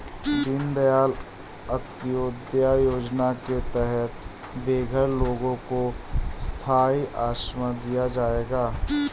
दीन दयाल अंत्योदया योजना के तहत बेघर लोगों को स्थाई आश्रय दिया जाएगा